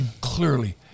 clearly